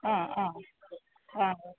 അ അ അ ഓക്കെ